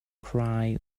cry